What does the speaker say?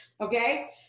Okay